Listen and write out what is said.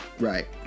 Right